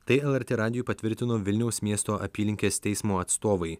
tai lrt radijui patvirtino vilniaus miesto apylinkės teismo atstovai